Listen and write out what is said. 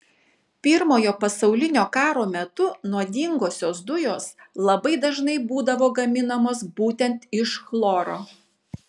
pirmojo pasaulinio karo metu nuodingosios dujos labai dažnai būdavo gaminamos būtent iš chloro